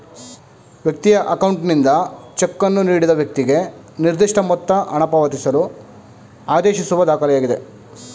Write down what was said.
ವ್ಯಕ್ತಿಯ ಅಕೌಂಟ್ನಿಂದ ಚೆಕ್ಕನ್ನು ನೀಡಿದ ವ್ಯಕ್ತಿಗೆ ನಿರ್ದಿಷ್ಟಮೊತ್ತ ಹಣಪಾವತಿಸಲು ಆದೇಶಿಸುವ ದಾಖಲೆಯಾಗಿದೆ